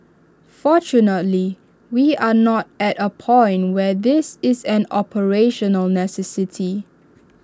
fortunately we are not at A point where this is an operational necessity